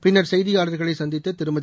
பின்னர் செய்தியாளர்களைச் சந்தித்த திருமதி